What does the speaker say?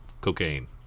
cocaine